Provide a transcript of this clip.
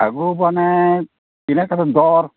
ᱟᱹᱜᱩ ᱢᱟᱱᱮ ᱛᱤᱱᱟᱹᱜ ᱠᱟᱛᱮᱫ ᱫᱚᱨ